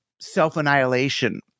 self-annihilation